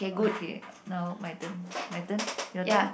okay now my turn my turn your turn